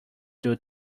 due